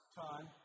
time